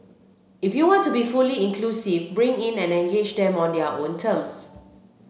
if you want to be fully inclusive bring in and engage them on their own terms